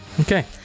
okay